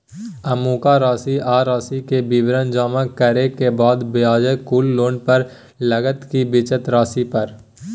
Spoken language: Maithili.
अमुक राशि आ राशि के विवरण जमा करै के बाद ब्याज कुल लोन पर लगतै की बचल राशि पर?